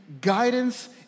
guidance